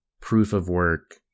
proof-of-work